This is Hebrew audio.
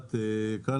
שמוצעת כאן,